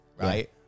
right